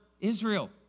Israel